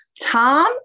tom